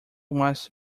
was